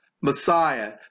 Messiah